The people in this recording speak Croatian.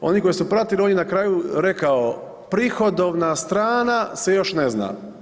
Oni koji su pratili, on je na kraju rekao „prihodovna strana se još ne zna“